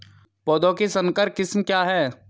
पौधों की संकर किस्में क्या हैं?